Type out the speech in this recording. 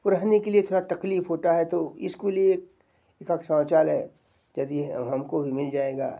वो रहने के लिए थोड़ा तकलीफ होता है तो इसको लिए एकाध शौचालय यदि हमको भी मिल जाएगा